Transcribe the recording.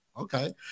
okay